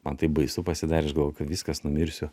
man taip baisu pasidarė aš galvojau kad viskas numirsiu